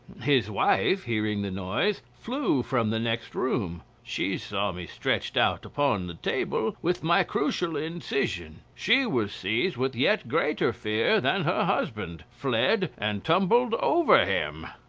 his wife, hearing the noise, flew from the next room. she saw me stretched out upon the table with my crucial incision. she was seized with yet greater fear than her husband, fled, and tumbled over him.